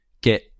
get